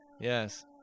Yes